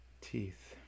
Teeth